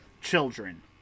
children